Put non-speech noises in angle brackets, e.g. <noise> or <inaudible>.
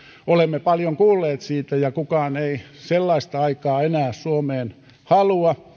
olemme paljon kuulleet siitä ja kukaan ei sellaista aikaa enää suomeen halua <unintelligible>